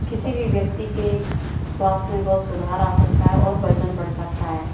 किसी भी व्यक्ति के स्वास्थ में बहुत सुधार आ सकता है और वजन बढ़ सकता है